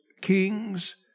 kings